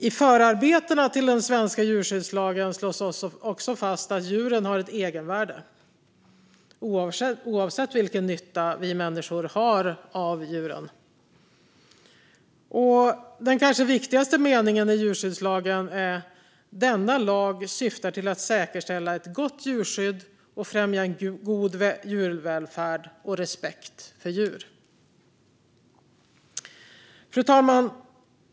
I förarbetena till den svenska djurskyddslagen slås också fast att djuren har ett egenvärde, oavsett vilken nytta vi människor har av dem. Den kanske viktigaste meningen i djurskyddslagen är: "Denna lag syftar till att säkerställa ett gott djurskydd och främja en god djurvälfärd och respekt för djur." Fru talman!